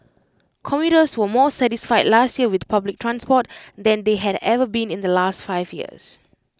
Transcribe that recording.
commuters were more satisfied last year with public transport than they had ever been in the last five years